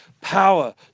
power